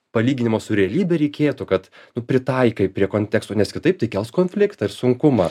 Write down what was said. palyginimo su realybe reikėtų kad nu pritaikai prie konteksto nes kitaip tai kels konfliktą ir sunkumą